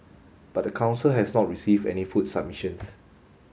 but the council has not received any food submissions